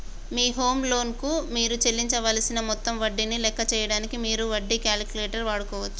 మీ home loan కు మీరు చెల్లించవలసిన మొత్తం వడ్డీని లెక్క చేయడానికి మీరు వడ్డీ క్యాలిక్యులేటర్ వాడుకోవచ్చు